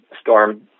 Storm